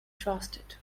trusted